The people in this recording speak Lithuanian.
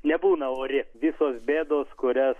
nebūna ori visos bėdos kurias